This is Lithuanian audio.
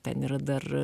ten yra dar